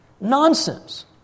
Nonsense